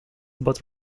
but